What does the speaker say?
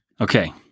Okay